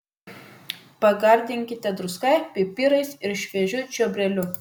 pagardinkite druska pipirais ir šviežiu čiobreliu